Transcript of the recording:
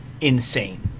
insane